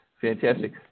Fantastic